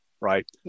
Right